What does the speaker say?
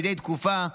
מדי תקופה,